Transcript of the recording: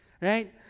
right